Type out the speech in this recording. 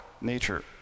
nature